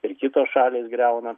ir kitos šalys griauna